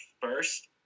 first